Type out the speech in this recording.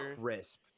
crisp